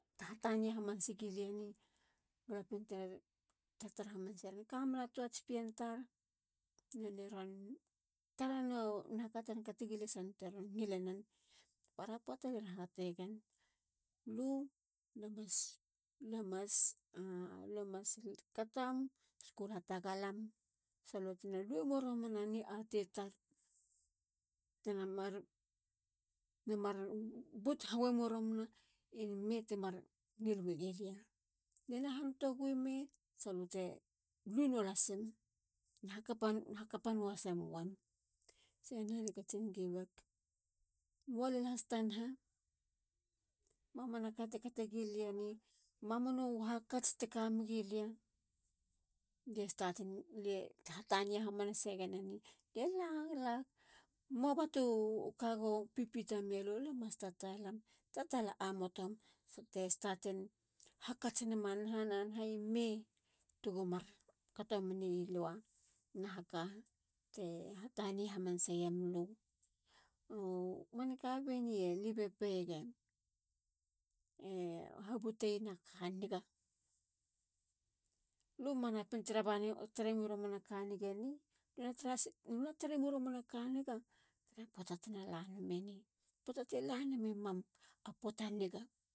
Hatania hamanasegilieni. galapien tare. te tara hamanasar. e kamena toats pien tar. none ron tarena naha kateron kategilia sa nonei teron ngilenen. para poata. lie ron hategen. lu. lue mas katom. school hatagalam. sa lu tena luemo romana ni ate tar tena mar but wemo romana i me temar ngil wegilia. le na hanoto gowi me. sa lu te win nua lasim. na hakapa nuahasemowen. se ni. alie katsin giweg. mua lenhas ta naha. mamanaka te kategilieni. mamanu hakats te kamegilia. lie hatania hamanasegen eni. lie lag. lag. muabatu ka go pipita melu. lue mas lue mastatalam. tatalaamotom. salute startin hakats nema naha. na naha. ime tego markato menilua naha kate hatania hamanaseyemulu. mm. manka be ni alie peyega. e habuteyena aka niga. lue manapin tara bane. tare mi romana aka nigeni. lu na taremo romana ka niga tara poata tena lanameni. poata te lanami mam. a poata niga.